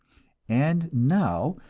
and now,